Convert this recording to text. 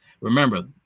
Remember